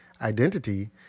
identity